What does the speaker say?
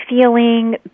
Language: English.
feeling